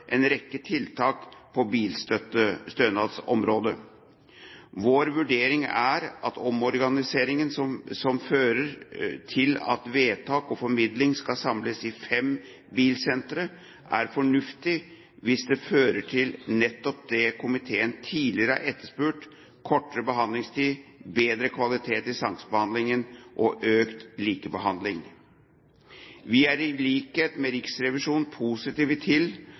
en rekke tiltak på bilstønadsområdet. Vår vurdering er at omorganiseringen som fører til at vedtak og formidling skal samles i fem bilsentre, er fornuftig hvis den fører til nettopp det komiteen tidligere har etterspurt, kortere behandlingstid, bedre kvalitet i saksbehandlingen og økt likebehandling. Vi er, i likhet med Riksrevisjonen, positive til